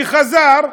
כשחזר,